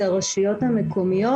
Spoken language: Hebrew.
זה הרשויות המקומיות.